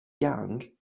young